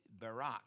Barak